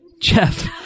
Jeff